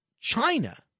China